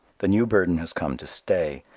the new burden has come to stay.